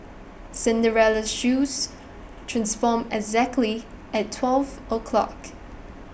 Cinderella's shoes transformed exactly at twelve o'clock